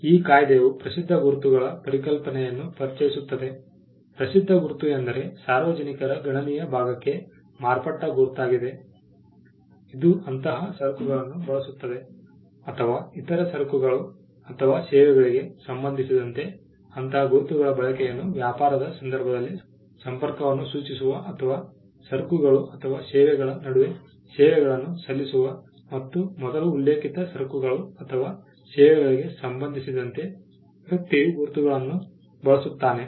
ಈ ಕಾಯಿದೆಯು ಪ್ರಸಿದ್ಧ ಗುರುತುಗಳ ಪರಿಕಲ್ಪನೆಯನ್ನು ಪರಿಚಯಿಸುತ್ತದೆ ಪ್ರಸಿದ್ಧ ಗುರುತು ಎಂದರೆ ಸಾರ್ವಜನಿಕರ ಗಣನೀಯ ಭಾಗಕ್ಕೆ ಮಾರ್ಪಟ್ಟ ಗುರುತಾಗಿದೆ ಅದು ಅಂತಹ ಸರಕುಗಳನ್ನು ಬಳಸುತ್ತದೆ ಅಥವಾ ಇತರ ಸರಕುಗಳು ಅಥವಾ ಸೇವೆಗಳಿಗೆ ಸಂಬಂಧಿಸಿದಂತೆ ಅಂತಹ ಗುರುತುಗಳ ಬಳಕೆಯನ್ನು ವ್ಯಾಪಾರದ ಸಂದರ್ಭದಲ್ಲಿ ಸಂಪರ್ಕವನ್ನು ಸೂಚಿಸುವ ಅಥವಾ ಆ ಸರಕುಗಳು ಅಥವಾ ಸೇವೆಗಳ ನಡುವೆ ಸೇವೆಗಳನ್ನು ಸಲ್ಲಿಸುವ ಮತ್ತು ಮೊದಲ ಉಲ್ಲೇಖಿತ ಸರಕುಗಳು ಅಥವಾ ಸೇವೆಗಳಿಗೆ ಸಂಬಂಧಿಸಿದಂತೆ ವ್ಯಕ್ತಿಯು ಗುರುತುಗಳನ್ನು ಬಳಸುತ್ತಾನೆ